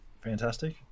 fantastic